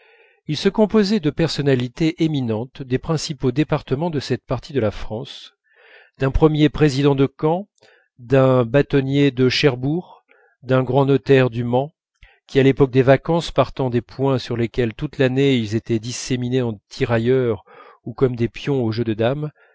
ils se composaient de personnalités éminentes des principaux départements de cette partie de la france d'un premier président de caen d'un bâtonnier de cherbourg d'un grand notaire du mans qui à l'époque des vacances partant des points sur lesquels toute l'année ils étaient disséminés en tirailleurs ou comme des pions au jeu de dames